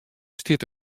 stiet